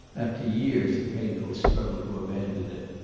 after years of painful struggle to abandon it.